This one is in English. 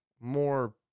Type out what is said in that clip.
more